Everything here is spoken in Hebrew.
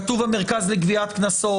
כתוב: המרכז לגביית קנסות.